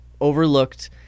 overlooked